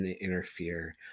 interfere